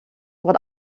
what